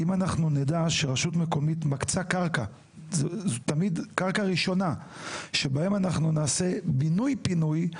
אם אנחנו נדע שרשות מקומית מקצה קרקע שבה ייעשה קודם בינוי ואז פינוי,